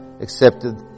accepted